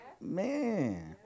Man